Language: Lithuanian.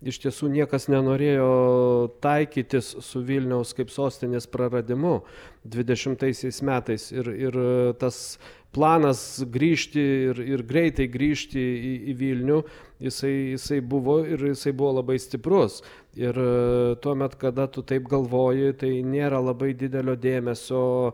iš tiesų niekas nenorėjo taikytis su vilniaus kaip sostinės praradimu dvidešimtaisiais metais ir ir tas planas grįžti ir ir greitai grįžti į į vilnių jisai jisai buvo ir jisai buvo labai stiprus ir tuomet kada tu taip galvoji tai nėra labai didelio dėmesio